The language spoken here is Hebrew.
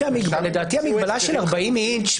לדעתי, המגבלה של 40 אינץ'